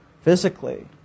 physically